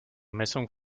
messung